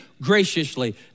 graciously